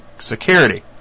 security